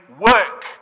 work